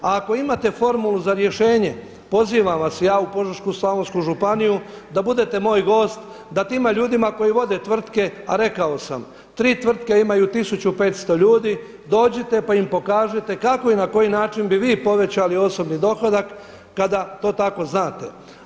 A ako imate formulu za rješenje, pozivam vas ja u Požeško-slavonsku županiju da budete moj gost, da tim ljudima koji vode tvrtke, a rekao sam tri tvrtke imaju 1500 ljudi, dođite pa im pokažite kako i na koji način bi vi povećali osobni dohodak kada to tako znate.